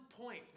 point